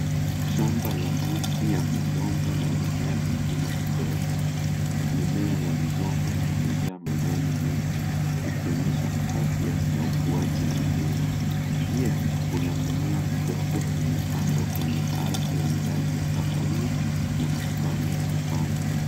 Shamba ya miti ya migomba na mimea mingine midogo mimea ya migomba imejaa majani mengi ikionyesha afya na ukuaji mzuri pia kuna mimea midogo imepandwa kwenye ardhi yenye rangi ya kahawia na mistari ya kupand.